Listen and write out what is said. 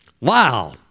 Wow